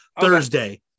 Thursday